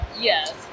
Yes